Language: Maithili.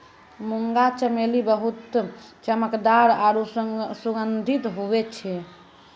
मुंगा चमेली बहुत चमकदार आरु सुगंधित हुवै छै